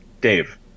Dave